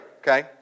okay